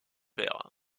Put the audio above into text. père